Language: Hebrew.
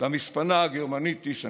למספנה הגרמנית טיסנקרופ.